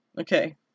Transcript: Okay